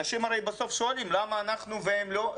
אנשים הרי בסוף שואלים, למה אנחנו והם לא?